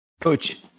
Coach